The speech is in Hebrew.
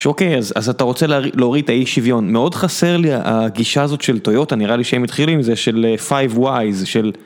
שוקי, אז אתה רוצה להוריד את האי שוויון. מאוד חסר לי הגישה הזאת של טויוטה נראה לי, שהם התחילו עם זה, של פייב וואי, של